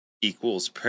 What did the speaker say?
equals